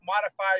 modify